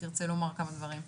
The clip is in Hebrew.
תרצה לומר כמה דברים?